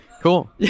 Cool